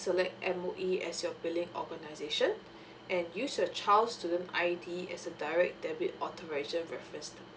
select M_O_E as your billing organization and use your child's student I_D as a direct debit authorization reference number